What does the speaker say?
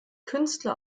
künstler